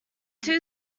two